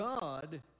God